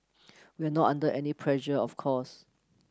we are not under any pressure of course